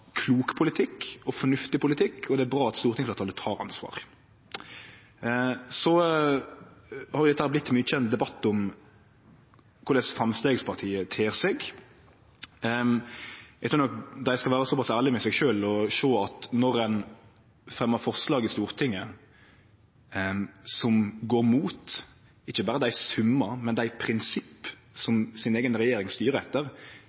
klok politikk og fornuftig politikk, og det er bra at stortingsfleirtalet tek ansvar. Så har dette blitt mykje ein debatt om korleis Framstegspartiet ter seg. Eg trur nok dei skal vere så pass ærlege med seg sjølv og sjå at når dei fremjar forslag i Stortinget, som går ikkje berre mot dei summane, men mot dei prinsippa som deira eiga regjering styrer etter,